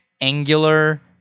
angular